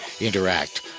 interact